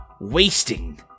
wasting